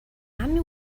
anyway